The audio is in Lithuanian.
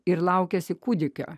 ir laukiasi kūdikio